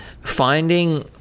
finding